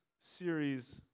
series